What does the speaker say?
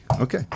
Okay